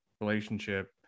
relationship